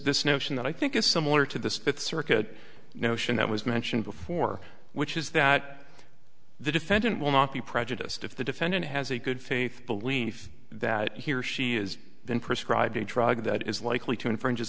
this notion that i think is similar to the fifth circuit notion that was mentioned before which is that the defendant will not be prejudiced if the defendant has a good faith belief that he or she is then prescribed a drug that is likely to infringe